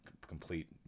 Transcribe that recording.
complete